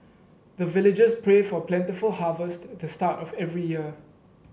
the villagers pray for plentiful harvest at the start of every year